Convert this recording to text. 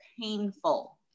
painful